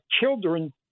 children